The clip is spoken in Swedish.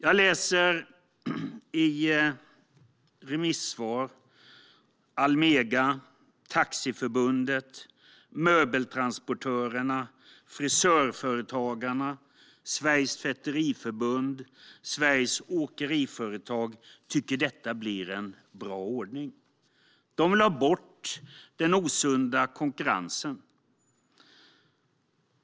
Av remissvar framgår det att Almega, Svenska Taxiförbundet, Sveriges Möbeltransportörers Förbund, Frisörföretagarna, Sveriges Tvätteriförbund och Sveriges Åkeriföretag tycker att detta blir en bra ordning. De vill ha bort den osunda konkurrensen.